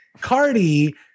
cardi